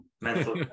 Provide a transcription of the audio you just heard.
mental